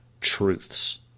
truths